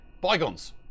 bygones